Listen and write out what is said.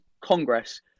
Congress